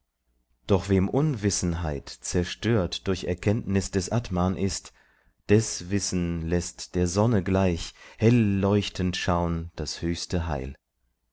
doch wem unwissenheit zerstört durch erkenntnis des atman ist deß wissen läßt der sonne gleich helleuchtend schaun das höchste heil